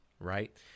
Right